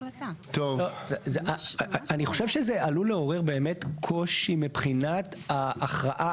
אני חושב שזה עלול לעורר באמת קושי מבחינת ההכרעה.